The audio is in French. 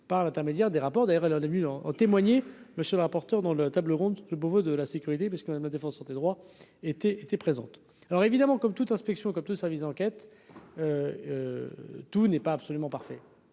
par l'intermédiaire des rapports d'ailleurs à leurs débuts en en témoigner. Monsieur le rapporteur dans le tables rondes le boulot de la sécurité parce que même le défenseur des droits étaient étaient présentes, alors évidemment, comme toute inspection comme tout service d'enquête tout n'est pas absolument parfait,